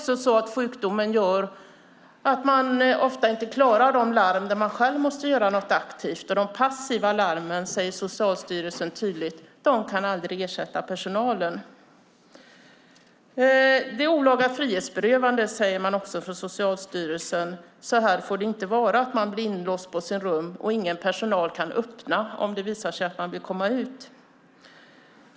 Sjukdomen gör också att man ofta inte klarar de larm där man själv måste göra något aktivt, och Socialstyrelsen säger tydligt att de passiva larmen aldrig kan ersätta personalen. Socialstyrelsen säger också att det är olaga frihetsberövande. Det får inte vara så att man blir inlåst på sitt rum och att det inte finns någon personal som kan öppna om man vill komma ut.